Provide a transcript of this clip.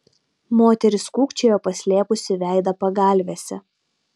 moteris kūkčiojo paslėpusi veidą pagalvėse